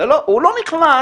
הוא לא נכנס